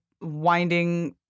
winding